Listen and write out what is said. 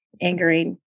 angering